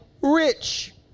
rich